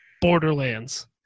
borderlands